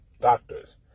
doctors